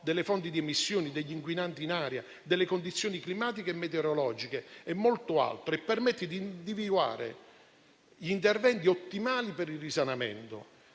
delle fonti di emissioni, degli inquinanti in aria, delle condizioni climatiche e meteorologiche e permette di individuare gli interventi ottimali per il risanamento.